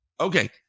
Okay